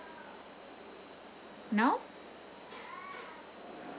now